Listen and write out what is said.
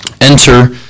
enter